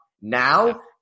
now